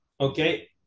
Okay